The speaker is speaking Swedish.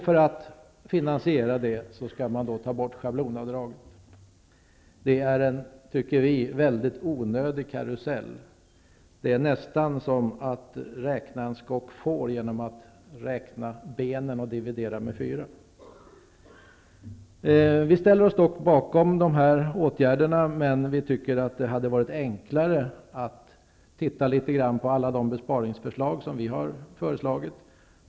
För att finansiera detta, skall man ta bort schablonavdraget. Vi tycker att det är en mycket onödig karusell. Det är nästan som att räkna en skock får genom att räkna benen och dividera med fyra. Vi ställer oss dock bakom dessa åtgärder, men vi tycker att det hade varit enklare att titta litet grand på alla de besparingsförslag som vi har lagt fram.